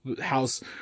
house